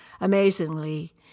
Amazingly